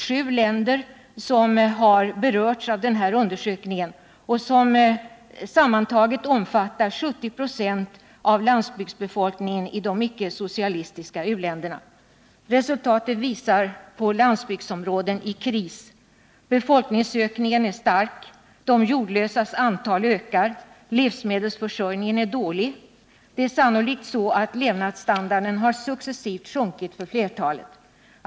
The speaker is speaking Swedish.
Sju länder har berörts av denna undersökning, länder som sammantaget omfattar 70 96 av landsbygdsbefolkningen i de icke socialistiska u-länderna. Resultatet visar på landsbygdsområden i kris. Befolkningsökningen är stark. De jordlösas antal ökar. Livsmedelsförsörjningen är dålig. Det är sannolikt så att levnadsstandarden successivt har sjunkit för flertalet människor.